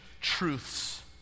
truths